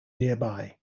nearby